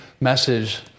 message